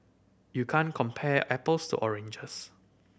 you can't compare apples to oranges